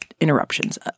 interruptions